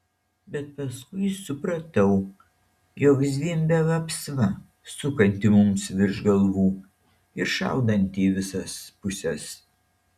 bet paskui supratau jog zvimbia vapsva sukanti mums virš galvų ir šaudanti į visas puses